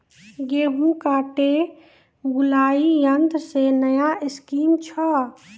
गेहूँ काटे बुलाई यंत्र से नया स्कीम छ?